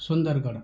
Sundargarh